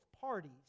parties